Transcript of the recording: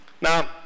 Now